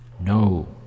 no